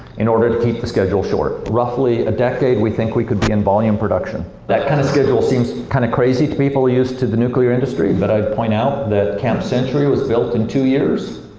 in order to keep the schedule short. roughly a decade we think we could be in volume production. that kind of schedule seems kind of crazy to people used to the nuclear industry. but i'd point out that camp century was built in two years.